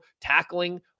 tackling